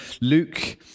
Luke